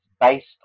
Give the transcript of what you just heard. based